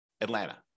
Atlanta